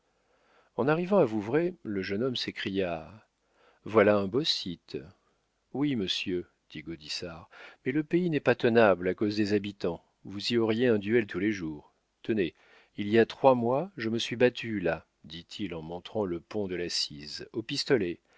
en arrivant à vouvray le jeune homme s'écria voilà un beau site oui monsieur dit gaudissart mais le pays n'est pas tenable à cause des habitants vous y auriez un duel tous les jours tenez il y a trois mois je me suis battu là dit-il en montrant le pont de la cise au pistolet